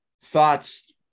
thoughts